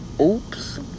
Oops